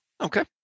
Okay